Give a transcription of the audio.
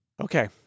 Okay